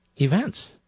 events